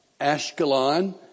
Ashkelon